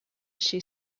she